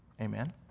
Amen